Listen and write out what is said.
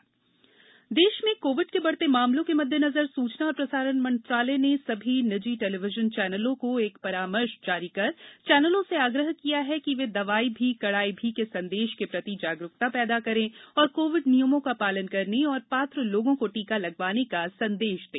TV covid देश में covid के बढते मामलों के मद्देनजर सुचना और प्रसारण मंत्रालय ने सभी निजी टेलीविजन चैनलों को एक परामर्श जारी कर चैनलों से आग्रह किया है कि वे दवाई भी कड़ाई भी के संदेश के प्रति जागरूकता पैदा करें और कोविड नियमों का पालन करने तथा पात्र लोगों को टीका लगवाने का संदेश दें